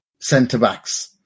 centre-backs